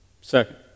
Second